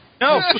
No